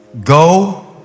Go